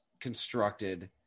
constructed